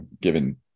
given